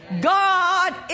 God